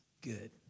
good